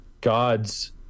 gods